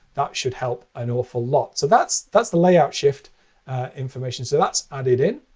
that should help an awful lot. so that's that's the layout shift information. so that's added in.